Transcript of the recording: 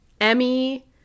Emmy